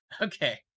Okay